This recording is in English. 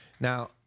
Now